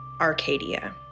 Arcadia